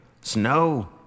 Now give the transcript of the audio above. Snow